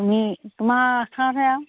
তুমি তোমাৰ আশাতহে আৰু